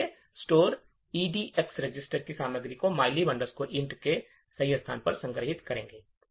इसलिए स्टोर निर्देश EDX register की सामग्री को mylib int के सही स्थान पर संग्रहीत करेगा